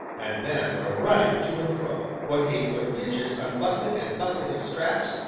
and then what a running to and fro! what a prodigious unbuckling and buckling of straps,